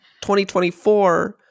2024